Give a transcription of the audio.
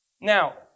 Now